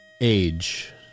Age